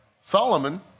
Solomon